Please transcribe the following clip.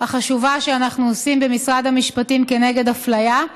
החשובה שאנחנו עושים במשרד המשפטים נגד אפליה.